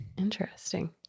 Interesting